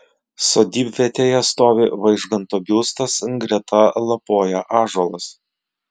sodybvietėje stovi vaižganto biustas greta lapoja ąžuolas